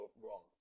wrong